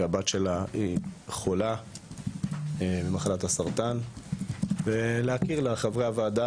שהבת שלה היא חולה במחלת הסרטן ולהכיר לחברי הוועדה